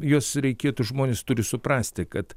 juos reikėtų žmonės turi suprasti kad